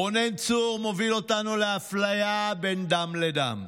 רונן צור מוביל אותנו לאפליה בין דם לדם".